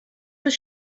does